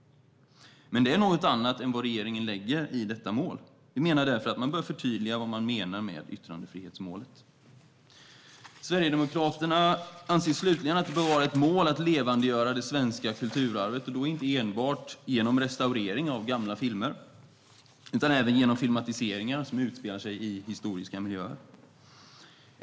Men det är något annat än vad regeringen lägger i detta mål. Vi menar därför att man bör förtydliga vad man menar med yttrandefrihetsmålet. Sverigedemokraterna anser slutligen att det bör vara ett mål att man ska levandegöra det svenska kulturarvet, och då inte enbart genom restaurering av gamla filmer utan även genom filmatiseringar som utspelar sig i historiska miljöer.